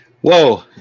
whoa